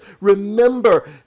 Remember